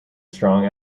strong